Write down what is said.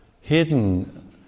hidden